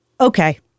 Okay